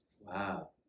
Wow